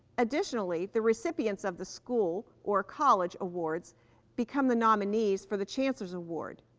additionally, the recipients of the school or college awards become the nominees for the chancellor's award.